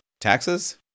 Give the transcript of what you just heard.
Taxes